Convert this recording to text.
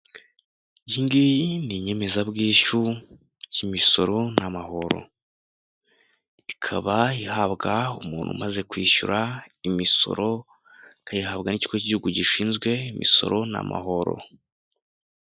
Iyi ngiyi ni inyemezabwishyu y' ikigo k'imisoro n'amahoro ikaba ihabwa umuntu umaze kwishyura imisoro ,akayihabwa n'ikigo cyigihugu gishinzwe imisoro n'amahoro.